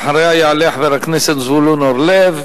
אחריה יעלה חבר הכנסת זבולון אורלב,